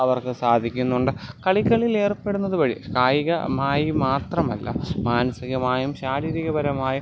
അവർക്ക് സാധിക്കുന്നുണ്ട് കളികളിലേർപ്പെടുന്നത് വഴി കായികമായി മാത്രമല്ല മാനസ്സികമായും ശാരീരികപരമായും